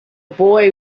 boy